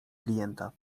klienta